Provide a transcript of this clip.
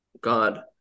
God